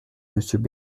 monsieur